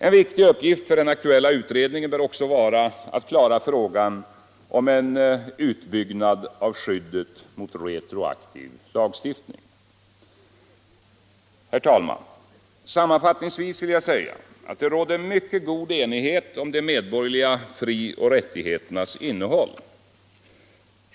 En viktig uppgift för den aktuella utredningen bör också vara frågan om en utbyggnad av skyddet mot retroaktiv lagstiftning. Herr talman! Sammanfattningsvis vill jag säga att det råder mycket god enighet om de medborgerliga frioch rättigheternas innehåll.